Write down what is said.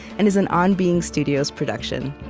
and is an on being studios production.